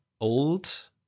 old